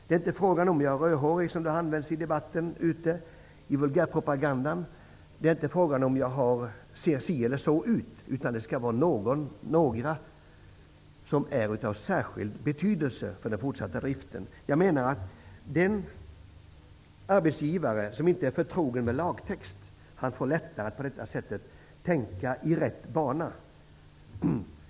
Det handlar inte om huruvida man är rödhårig eller ser si eller sådan ut -- sådana argument har använts i vulgärpropagandan. Undantag skall alltså gälla personer som är av särskild betydelse för den fortsatta driften av företaget. Den arbetsgivare som inte är förtrogen med lagtext får lättare att på detta sätt tänka i rätt bana.